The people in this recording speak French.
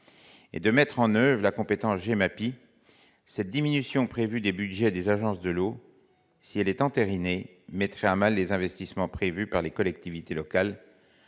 et de mettre en oeuvre la compétence j'aime Mappy cette diminution prévue des Budgets des agences de l'eau, si elle est entérinée, mettrait à mal les investissements prévus par les collectivités locales